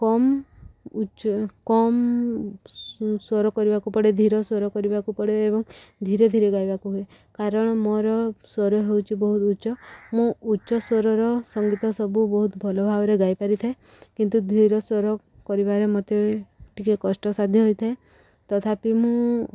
କମ୍ ଉଚ୍ଚ କମ୍ ସ୍ୱର କରିବାକୁ ପଡ଼େ ଧୀର ସ୍ୱର କରିବାକୁ ପଡ଼େ ଏବଂ ଧୀରେ ଧୀରେ ଗାଇବାକୁ ହୁଏ କାରଣ ମୋର ସ୍ୱର ହେଉଛି ବହୁତ ଉଚ୍ଚ ମୁଁ ଉଚ୍ଚ ସ୍ୱରର ସଙ୍ଗୀତ ସବୁ ବହୁତ ଭଲଭାବରେ ଗାଇ ପାରିଥାଏ କିନ୍ତୁ ଧୀର ସ୍ୱର କରିବାରେ ମୋତେ ଟିକେ କଷ୍ଟ ସାଧ୍ୟ ହୋଇଥାଏ ତଥାପି ମୁଁ